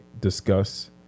discuss